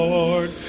Lord